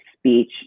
speech